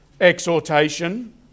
Exhortation